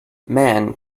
man